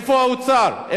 איפה האוצר?